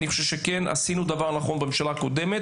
אני חושב שכן עשינו דבר נכון בממשלה הקודמת